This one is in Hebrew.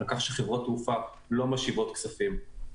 שחברות התעופה לא משיבות כספים,